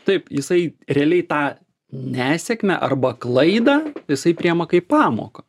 taip jisai realiai tą nesėkmę arba klaidą jisai priima kaip pamoką